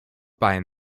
buying